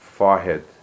Forehead